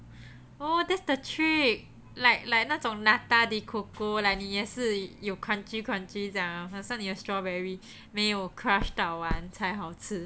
oh that's the trick like like 那种 nata-de-coco like 你也是有 crunchy crunchy 好像你的 strawberry 没有 crush 倒完才好吃